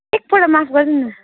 एकपल्ट माफ गरिदिनु न